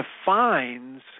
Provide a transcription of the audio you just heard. defines